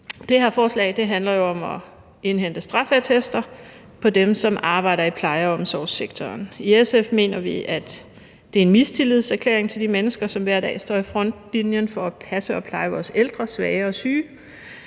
Det her forslag handler jo om at indhente straffeattester på dem, som arbejder i pleje- og omsorgssektoren. I SF mener vi, at det er en mistillidserklæring til de mennesker, som hver dag står i frontlinjen for at passe og pleje vores ældre, svage og syge.